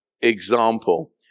example